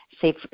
say